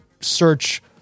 search